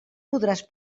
podràs